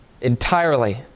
entirely